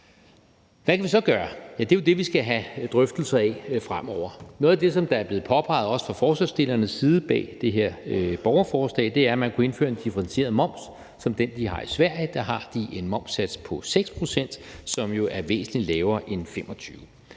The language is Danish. Hvad kan vi så gøre? Ja, det er jo det, vi skal have drøftelser af fremover. Noget af det, som er blevet påpeget, også fra stillerne bag det her borgerforslags side, er, at man kunne indføre en differentieret moms som den, de har i Sverige; der har de en momssats på 6 pct., som jo er væsentlig lavere end 25